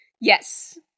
Yes